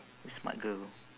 you smart girl